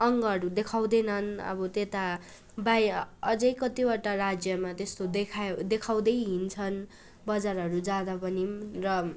अङ्गहरू देखाउँदैनन् अब त्यता बाइ अझै कतिवटा राज्यमा त्यस्तो देखाए देखाउँदै हिँड्छन् बजारहरू जाँदा पनि र